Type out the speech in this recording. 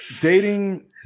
Dating